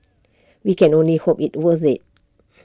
we can only hope it's worth IT